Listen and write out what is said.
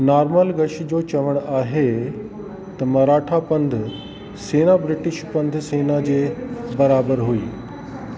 Norman गश जो चवणु आहे त मराठा पंध सेना ब्रिटिश पंध सेना जे बराबरु हुई